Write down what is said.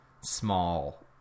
small